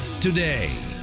today